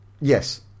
Yes